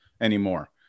anymore